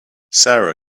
sara